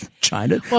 China